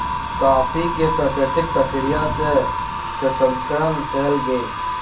coffee के प्राकृतिक प्रक्रिया सँ प्रसंस्करण कयल गेल